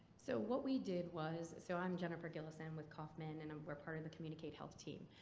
so what we did was. so i'm jennifer gillissen with kauffman and we're part of the communicate health team.